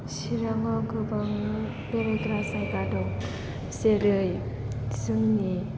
चिरांआव गोबां बेरायग्रा जायगा दं जेरै जोंनि